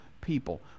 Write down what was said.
people